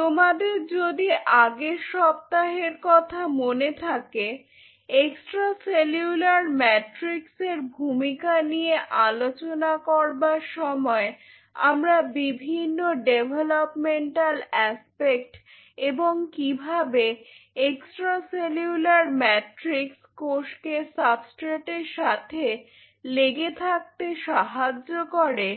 তোমাদের যদি আগের সপ্তাহের কথা মনে থাকে এক্সট্রা সেলুলার ম্যাট্রিক্সের ভূমিকা নিয়ে আলোচনা করবার সময় আমরা বিভিন্ন ডেভেলপমেন্টাল অ্যাস্পেক্ট্ এবং কিভাবে এক্সট্রা সেলুলার মাট্রিক্স কোষকে সাবস্ট্রেট এর সাথে লেগে থাকতে সাহায্য করে